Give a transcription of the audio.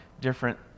different